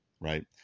right